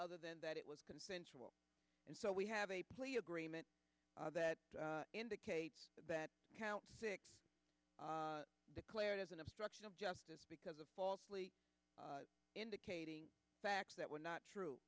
other than that it was consensual and so we have a plea agreement that indicates that count six declared as an obstruction of justice because of falsely indicating facts that were not true